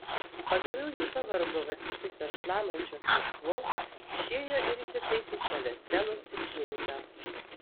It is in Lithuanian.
pagaliau ji pavargo vartytis ant šlamančios viksvos išėjo ir įsitaisė šalia stelos ir žeimio